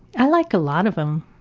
i like a lot of them.